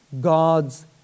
God's